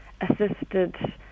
assisted